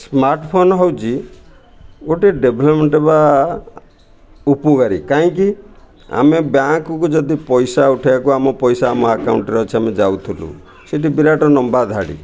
smartphone ହେଉଛି ଗୋଟେ development ବା ଉପକାରୀ କାହିଁକି ଆମେ ବ୍ୟାଙ୍କକୁ ଯଦି ପଇସା ଉଠାଇବାକୁ ଆମ ପଇସା ଆମ ଆକାଉଣ୍ଟରେ ଅଛି ଆମେ ଯାଉଥିଲୁ ସେଠି ବିରାଟ ଲମ୍ବା ଧାଡ଼ି